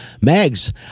Mags